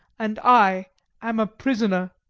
and i am a prisoner!